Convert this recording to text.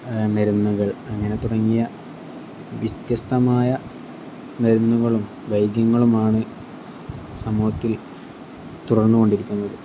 മരുന്നുകൾ അങ്ങനെ തുടങ്ങിയ വ്യത്യസ്തമായ മരുന്നുകളും വൈദ്യങ്ങളുമാണ് സമൂഹത്തിൽ തുടർന്നുകൊണ്ടിരിക്കുന്നത്